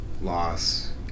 loss